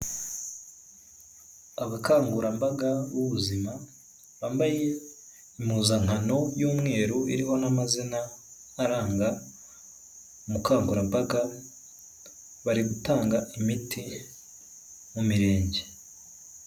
Abakangurambaga b'ubuzima bambaye impuzankano y'umweru iriho n'amazina aranga umukangurambaga, bari gutanga imiti mu mirenge.